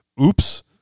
oops